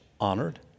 honored